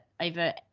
over